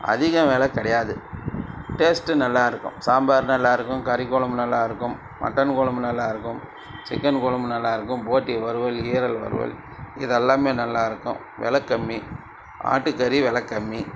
அதிகம் வெலை கிடையாது டேஸ்ட்டும் நல்லா இருக்கும் சாம்பார் நல்லா இருக்கும் கறிக்குழம்பு நல்லா இருக்கும் மட்டன் குழம்பு நல்லா இருக்கும் சிக்கன் குழம்பு நல்லா இருக்கும் போட்டி வறுவல் ஈரல் வறுவல் இதெல்லாமே நல்லா இருக்கும் வெலை கம்மி ஆட்டுக்கறி வெலை கம்மி